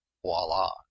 voila